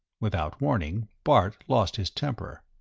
without warning, bart lost his temper.